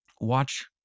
watch